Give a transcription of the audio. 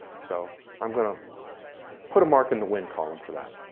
so i'm gonna put a mark in the win column for that.